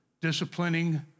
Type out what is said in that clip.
disciplining